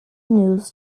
news